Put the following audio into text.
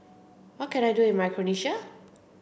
what can I do in Micronesia